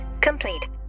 complete